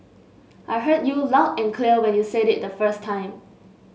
I heard you loud and clear when you say it the first time